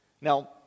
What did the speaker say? Now